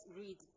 read